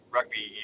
Rugby